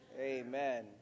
Amen